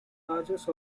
largest